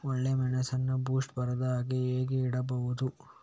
ಒಳ್ಳೆಮೆಣಸನ್ನು ಬೂಸ್ಟ್ ಬರ್ದಹಾಗೆ ಹೇಗೆ ಇಡಬಹುದು?